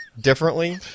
differently